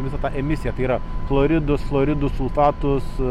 visą tą emisiją tai yra fluoridus fluoridų sulfatus